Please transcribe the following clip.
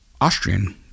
Austrian